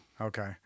Okay